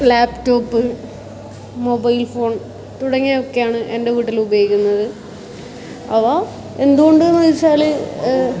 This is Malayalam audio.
ലാപ്ടോപ്പ് മൊബൈൽ ഫോൺ തുടങ്ങിയവയൊക്കെയാണ് എൻ്റെ വീട്ടിലുപയോഗിക്കുന്നത് അവ എന്ത് കൊണ്ടെന്ന് ചോദിച്ചാൽ